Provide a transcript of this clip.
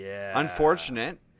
unfortunate